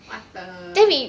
what the